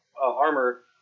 armor